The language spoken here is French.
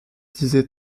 disait